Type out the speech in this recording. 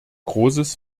großes